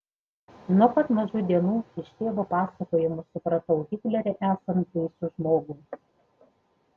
nuo pat mažų dienų iš tėvo pasakojimų supratau hitlerį esant baisų žmogų